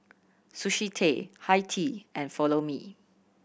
Sushi Tei Hi Tea and Follow Me